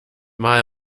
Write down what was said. mal